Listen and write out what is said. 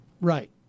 Right